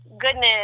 goodness